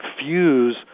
fuse